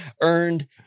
earned